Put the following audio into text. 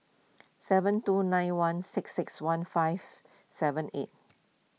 seven two nine one six six one five seven eight